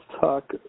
talk –